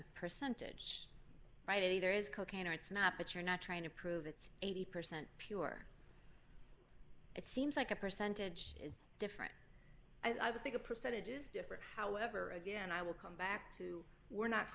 a percentage right it either is cocaine or it's not but you're not trying to prove it's eighty percent pure it seems like a percentage is different i would think a percentage is different however again i will come back to we're not